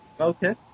Okay